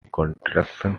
contraction